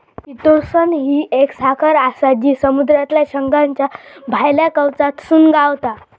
chitosan ही एक साखर आसा जी समुद्रातल्या शंखाच्या भायल्या कवचातसून गावता